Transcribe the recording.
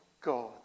God